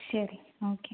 ശരി ഓക്കെ